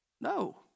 No